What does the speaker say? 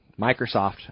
Microsoft